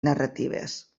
narratives